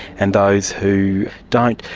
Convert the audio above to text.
and those who don't.